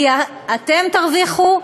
כי אתם תרוויחו,